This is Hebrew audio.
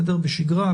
בשגרה,